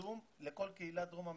בזום לכל קהילת דרום אמריקה.